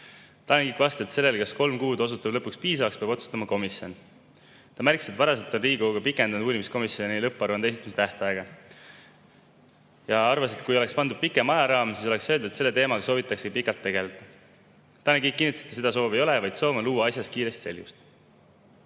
Tanel Kiik vastas, et selle üle, kas kolm kuud osutub lõpuks piisavaks, peab otsustama komisjon. Ta märkis, et varasemalt on Riigikogu pikendanud uurimiskomisjoni lõpparuande esitamise tähtaega, ja arvas, et kui oleks pandud pikem ajaraam, siis oleks öeldud, et selle teemaga soovitakse pikalt tegeleda. Tanel Kiik kinnitas, et seda soovi ei ole, vaid soov on luua asjas kiiresti selgust.